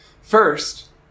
First